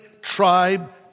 Tribe